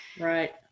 Right